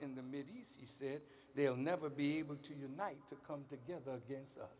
in the mideast he said they'll never be able to unite to come together again so